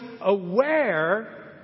aware